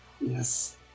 Yes